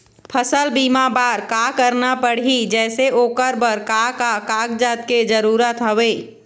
फसल बीमा बार का करना पड़ही जैसे ओकर बर का का कागजात के जरूरत हवे?